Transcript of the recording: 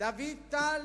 שדוד טל,